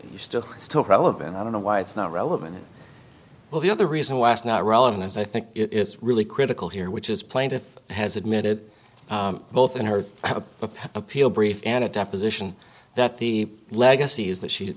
but still still relevant i don't know why it's not relevant well the other reason why it's not relevant as i think it's really critical here which is plaintiff has admitted both in her appeal brief and a deposition that the legacy is that she